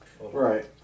Right